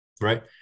right